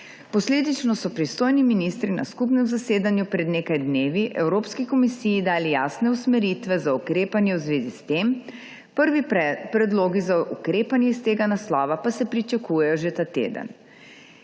Posledično so pristojni ministri na skupnem zasedanju pred nekaj dnevi Evropski komisiji dali jasne usmeritve za ukrepanje v zvezi s tem. Prvi predlogi za ukrepanje iz tega naslova pa se pričakujejo že ta teden.